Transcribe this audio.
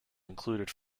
included